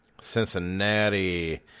Cincinnati